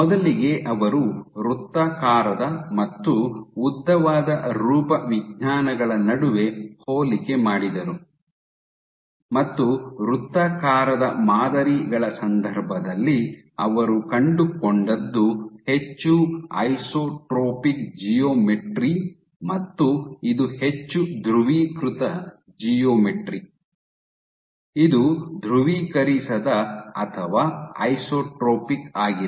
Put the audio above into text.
ಮೊದಲಿಗೆ ಅವರು ವೃತ್ತಾಕಾರದ ಮತ್ತು ಉದ್ದವಾದ ರೂಪವಿಜ್ಞಾನಗಳ ನಡುವೆ ಹೋಲಿಕೆ ಮಾಡಿದರು ಮತ್ತು ವೃತ್ತಾಕಾರದ ಮಾದರಿಗಳ ಸಂದರ್ಭದಲ್ಲಿ ಅವರು ಕಂಡುಕೊಂಡದ್ದು ಹೆಚ್ಚು ಐಸೊಟ್ರೊಪಿಕ್ ಜಿಯೋಮೆಟ್ರಿ ಮತ್ತು ಇದು ಹೆಚ್ಚು ಧ್ರುವೀಕೃತ ಜಿಯೋಮೆಟ್ರಿ ಇದು ಧ್ರುವೀಕರಿಸದ ಅಥವಾ ಐಸೊಟ್ರೊಪಿಕ್ ಆಗಿದೆ